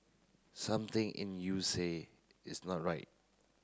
something in you say it's not right